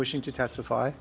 wishing to testify